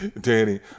Danny